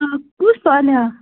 آ کُس صالِحہ